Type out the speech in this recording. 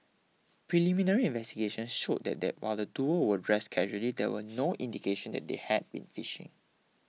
preliminary investigations showed that while the duo were dressed casually there were no indication that they had been fishing